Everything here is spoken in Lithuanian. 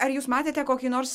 ar jūs matėte kokį nors